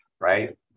right